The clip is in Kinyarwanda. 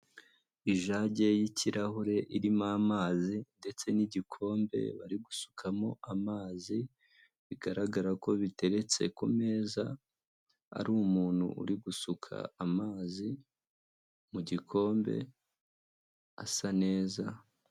Ijage y'ikirahure irimo amazi ndetse n'igikombe bari gusukamo amazi, bigaragara ko biteretse ku meza, ari umuntu uri gusuka amazi mu gikombe asa neza.